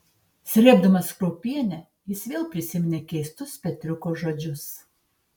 srėbdamas kruopienę jis vėl prisiminė keistus petriuko žodžius